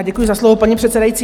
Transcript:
Děkuji za slovo, paní předsedající.